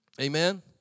Amen